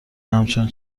همچون